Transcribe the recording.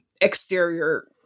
exterior